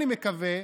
אני מקווה,